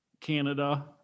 Canada